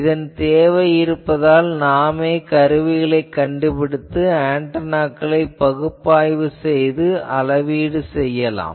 இதன் தேவை இருப்பதால் நாமே கருவிகளைக் கண்டுபிடித்து ஆன்டெனாக்களைப் பகுப்பாய்வு செய்து அளவீடு செய்யலாம்